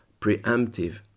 preemptive